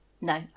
No